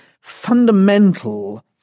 fundamental